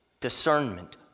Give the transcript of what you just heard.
discernment